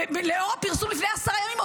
לאור הפרסום לפני עשרה ימים,